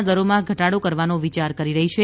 ના દરોમાં ઘટાડો કરવાનો વિયાર કરી રહી છે